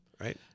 Right